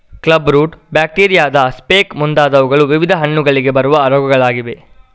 club root, ಬ್ಯಾಕ್ಟೀರಿಯಾದ speck ಮುಂತಾದವುಗಳು ವಿವಿಧ ಹಣ್ಣುಗಳಿಗೆ ಬರುವ ರೋಗಗಳಾಗಿವೆ